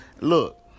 Look